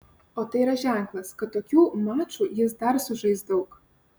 o tai yra ženklas kad tokių mačų jis dar sužais daug